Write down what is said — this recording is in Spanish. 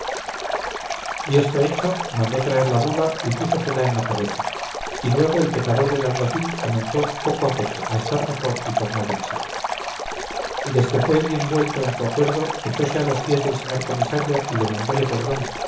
y esto hecho mandó traer la bula y púsosela en la cabeza y luego el pecador del alguacil comenzó poco a poco a estar mejor y tornar en sí y desque fue bien vuelto en su acuerdo echóse a los pies del señor comisario y demandóle perdón